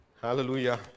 hallelujah